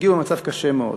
הגיעו במצב קשה מאוד.